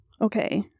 okay